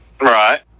Right